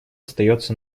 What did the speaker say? остается